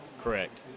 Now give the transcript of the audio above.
correct